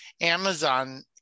Amazon